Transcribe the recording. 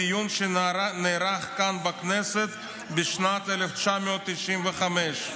מדיון שנערך כאן בכנסת בשנת 1995: